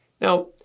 Now